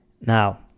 Now